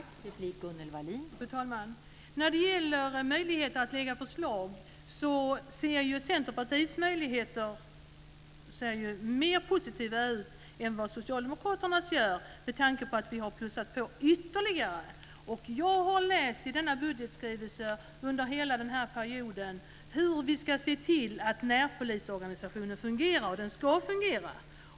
Fru talman! När det gäller möjligheterna att lägga fram förslag ser förutsättningarna för Centerpartiet mer positiva ut än vad Socialdemokraternas gör, med tanke på att vi har plussat på ytterligare. Jag har i budgetskrivelsen under hela den gångna perioden läst om hur vi ska se till att närpolisorganisationen fungerar - och den ska fungera.